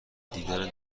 دیدن